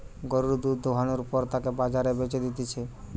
গরুর দুধ দোহানোর পর তাকে বাজারে বেচে দিতেছে